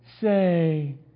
say